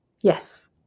Yes